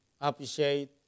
appreciate